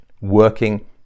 Working